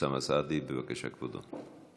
אוסאמה סעדי, בבקשה, כבודו,